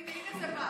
הינה זה בא.